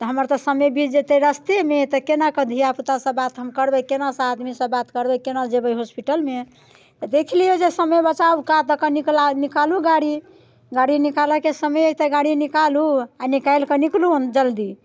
तऽ हमर तऽ समय बीत जेतै रस्तेमे तऽ कोनाकऽ धिआपुतासँ बात हम करबै कोना से आदमीसँ बात करबै कोना जेबै हॉस्पिटलमे देख लिऔ जे समय बचाउ कात दऽ कऽ निकालू गाड़ी गाड़ी निकालऽके समय अइ तऽ गाड़ी निकालू आओर निकालिकऽ निकलू जल्दी